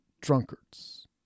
drunkards